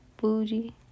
bougie